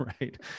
right